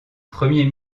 premier